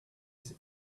his